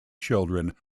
children